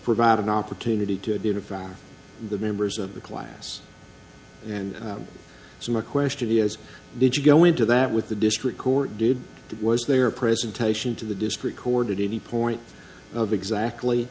provide an opportunity to identify the members of the class and so my question is did you go into that with the district court did was there a presentation to the disc recorded in the point of exactly